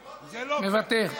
מוותר,